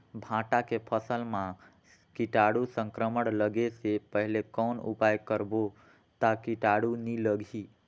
भांटा के फसल मां कीटाणु संक्रमण लगे से पहले कौन उपाय करबो ता कीटाणु नी लगही?